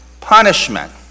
punishment